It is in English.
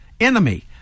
enemy